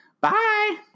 Bye